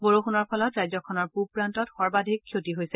বৰষুণৰ ফলত ৰাজ্যখনৰ পুৰ প্ৰান্তত সৰ্বাধিক ক্ষতি হৈছে